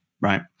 Right